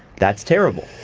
that's terrible.